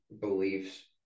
beliefs